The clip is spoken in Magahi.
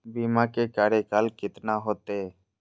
बीमा के कार्यकाल कितना होते?